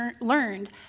learned